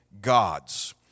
gods